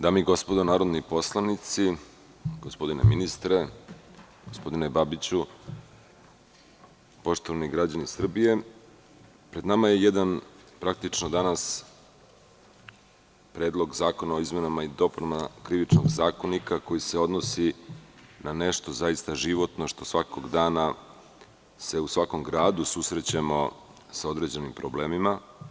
Dame i gospodo narodni poslanici, gospodine ministre, gospodine Babiću, poštovani građani Srbije, pred nama je jedan Predlog zakona o izmenama i dopunama Krivičnog zakonika, koji se odnosi na nešto zaista životno, sa čime se svakog dana u svakom gradu susrećemo, sa određenim problemima.